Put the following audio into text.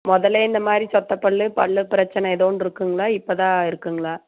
முதல்ல இந்தமாதிரி சொத்தைப் பல் பல் பிரச்சனை ஏதோன்னு இருக்குதுங்களா இப்போ தான் இருக்குதுங்களா